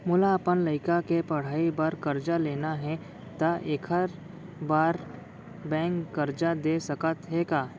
मोला अपन लइका के पढ़ई बर करजा लेना हे, त एखर बार बैंक करजा दे सकत हे का?